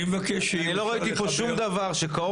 אני מבקש ש -- אני לא ראיתי פה שום דבר שקרוב